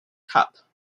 cup